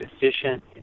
efficient